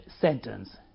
sentence